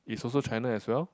it's also China as well